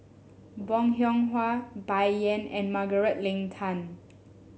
Bong Hiong Hwa Bai Yan and Margaret Leng Tan